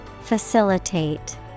Facilitate